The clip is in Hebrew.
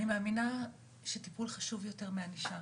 אני מאמינה שטיפול חשוב יותר מענישה